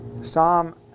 Psalm